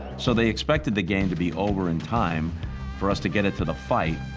so they expected the game to be over in time for us to get it to the fight,